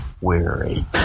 weary